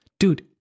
Dude